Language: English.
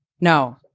No